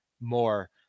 more